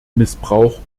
missbrauch